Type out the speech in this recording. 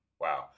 Wow